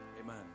Amen